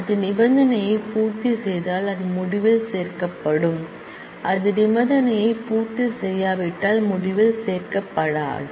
அது கண்டிஷன் ஐ பூர்த்தி செய்தால் அது முடிவில் சேர்க்கப்படும் அது கண்டிஷன் ஐ பூர்த்தி செய்யாவிட்டால் அது முடிவில் சேர்க்கப்படாது